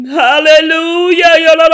hallelujah